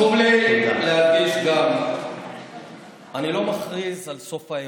חשוב להדגיש גם, אני לא מכריז על סוף האירוע.